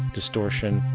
distortion,